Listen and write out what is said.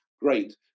great